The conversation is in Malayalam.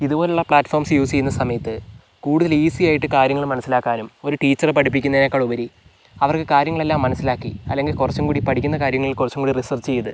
ഇതുപോലുള്ള പ്ലാറ്റ്ഫോംസ് യൂസ് ചെയ്യുന്ന സമയത്ത് കൂടുതൽ ഈസിയായിട്ട് കാര്യങ്ങൾ മനസ്സിലാക്കാനും ഒരു ടീച്ചർ പഠിപ്പിക്കുന്നതിനേക്കാളുപരി അവർക്ക് കാര്യങ്ങളെല്ലാം മനസ്സിലാക്കി അല്ലെങ്കിൽ കുറച്ചും കൂടി പഠിക്കുന്ന കാര്യങ്ങൾ കുറച്ചും കൂടി റിസർച്ച് ചെയ്ത്